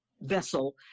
vessel